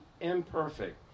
imperfect